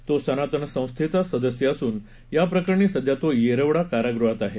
तो सनातन संस्थेचा सदस्य असून या प्रकरणी सध्या तो येरवडा कारागृहात आहे